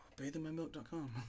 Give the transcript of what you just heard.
Bathingmymilk.com